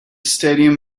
stadium